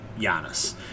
Giannis